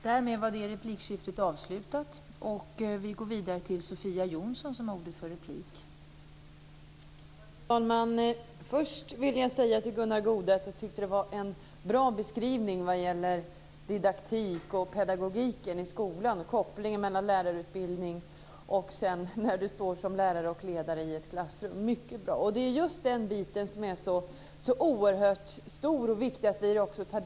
Fru talman! Först vill jag säga till Gunnar Goude att jag tyckte det var en bra beskrivning vad gäller didaktik och pedagogik i skolan och kopplingen mellan lärarutbildning och rollen som lärare och ledare i ett klassrum. Den var mycket bra. Det är också oerhört viktigt att vi tar del av den biten.